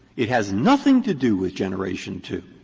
it has nothing to do with generation two.